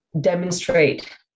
demonstrate